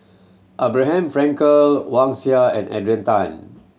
Abraham Frankel Wang Sha and Adrian Tan